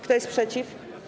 Kto jest przeciw?